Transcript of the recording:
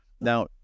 Now